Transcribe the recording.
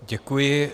Děkuji.